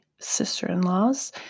sister-in-laws